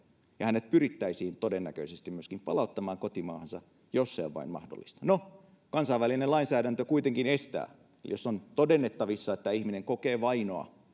ja hänet pyrittäisiin todennäköisesti myöskin palauttamaan kotimaahansa jos se on vain mahdollista no kansainvälinen lainsäädäntö kuitenkin estää jos on todennettavissa että ihminen kokee vainoa